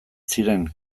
ziren